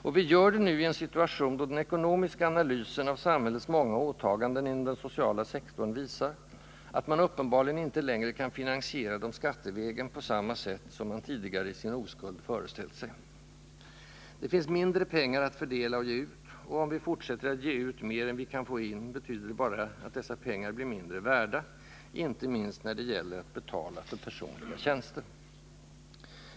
Och vi gör det nui en situation, då den ekonomiska analysen av samhällets många åtaganden inom den sociala sektorn visar att man uppenbarligen inte längre kan finansiera dem skattevägen på samma sätt som man tidigare i sin oskuld föreställt sig. Det finns mindre pengar att fördela och ge ut, och om vi fortsätter att ge ut mer än vi kan få in, betyder det bara att dessa pengar blir mindre värda, inte minst när det gäller att betala för personliga tjänster.